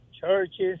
churches